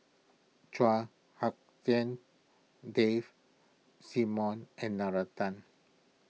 Chua Hak Lien Dave Simmons and Nalla Tan